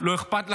לא אכפת לכם,